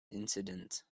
incident